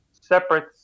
separate